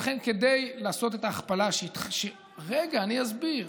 ולכן, כדי לעשות את ההכפלה של, רגע, אני אסביר.